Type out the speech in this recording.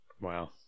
Wow